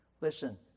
Listen